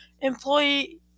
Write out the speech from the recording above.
employee